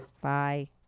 Bye